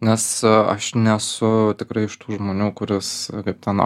nes aš nesu tikrai iš tų žmonių kuris kaip ten